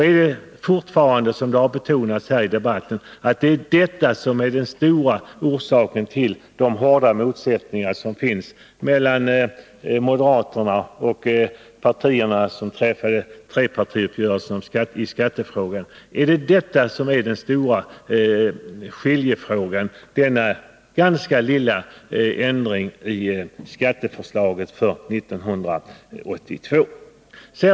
Är detta, som det har betonats i dagens debatt, fortfarande den verkliga orsaken till de hårda motsättningarna mellan moderaterna och de tre partier som träffade uppgörelse i skattefrågan? Är denna ganska lilla förändring i skatteförslaget för år 1982 den stora skiljefrågan?